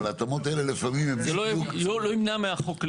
אבל ההתאמות האלה לפעמים --- זה לא ימנע מהחוק.